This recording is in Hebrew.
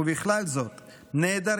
ובכלל זה נעדרים,